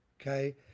okay